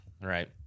right